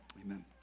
Amen